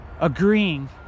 agreeing